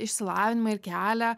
išsilavinimą ir kelią